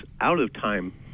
out-of-time